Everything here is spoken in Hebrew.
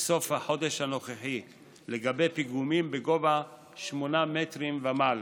בסוף החודש הנוכחי לגבי פיגומים בגובה שמונה מטרים ומעלה.